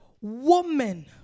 woman